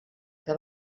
que